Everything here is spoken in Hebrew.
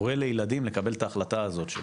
כהורה לילדים לקבל את ההחלטה הזאת של